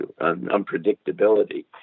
unpredictability